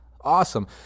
awesome